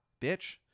bitch